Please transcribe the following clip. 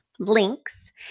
links